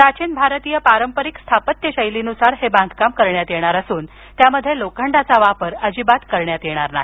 प्राचीन भारतीय पारंपरिक स्थापत्य शैलीनुसार हे बांधकाम करण्यात येणार असून त्यामध्ये लोखंडाचा वापर अजिबात करण्यात येणार नाही